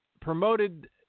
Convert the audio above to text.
promoted